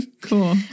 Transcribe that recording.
Cool